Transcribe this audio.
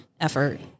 effort